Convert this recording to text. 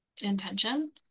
intention